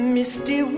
Misty